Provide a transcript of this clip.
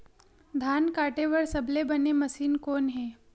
धान काटे बार सबले बने मशीन कोन हे?